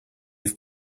have